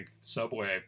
subway